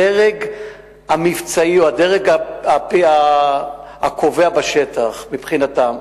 הדרג המבצעי הוא הדרג הקובע בשטח מבחינתם.